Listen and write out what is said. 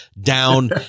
down